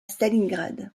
stalingrad